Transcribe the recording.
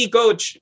coach